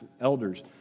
elders